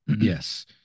Yes